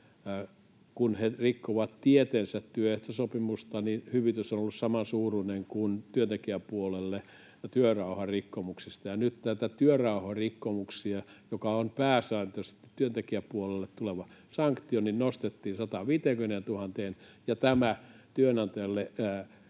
kun he rikkovat tieten työehtosopimusta, hyvitys on ollut samansuuruinen kuin työntekijäpuolelta työrauharikkomuksista. Nyt näiden työrauharikkomusten hyvityksiä, jotka ovat pääsääntöisesti työntekijäpuolelle tulevia sanktioita, nostettiin 150 000:een ja työnantajalle,